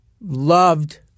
loved